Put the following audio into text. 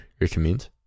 recommend